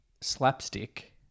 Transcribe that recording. slapstick